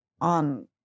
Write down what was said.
on